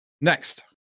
next